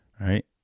right